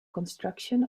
construction